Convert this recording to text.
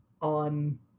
on